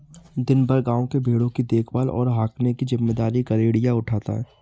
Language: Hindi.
दिन भर गाँव के भेंड़ों की देखभाल और हाँकने की जिम्मेदारी गरेड़िया उठाता है